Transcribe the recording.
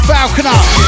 Falconer